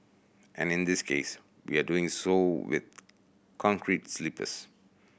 and in this case we are doing so with concrete sleepers